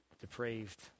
depraved